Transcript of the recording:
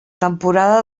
temporada